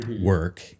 work